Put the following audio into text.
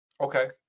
okay